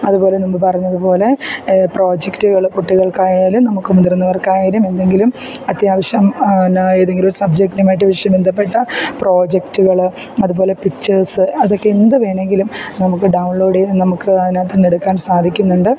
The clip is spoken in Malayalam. അതുപോലെ മുമ്പ് പറഞ്ഞതുപോലെ പ്രോജക്റ്റുകൾ കുട്ടികൾക്കായാലും നമുക്ക് മുതിർന്നവർക്കായാലും എന്തെങ്കിലും അത്യാവശ്യം എന്നാ ഏതെങ്കിലും ഒരു സബ്ജക്റ്റിനുമായിട്ട് വിഷയവും ബന്ധപ്പെട്ട പ്രോജക്റ്റുകൾ അതുപോലെ പിക്ച്ചേഴ്സ് അതൊക്കെ എന്തുവേണമെങ്കിലും നമുക്ക് ഡൗൺലോഡ് ചെയ് നമുക്ക് അതിനകത്തുനിന്നും എടുക്കാൻ സാധിക്കുന്നുണ്ട്